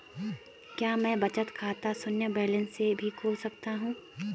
क्या मैं बचत खाता शून्य बैलेंस से भी खोल सकता हूँ?